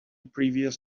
previous